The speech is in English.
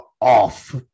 Off